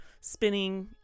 spinning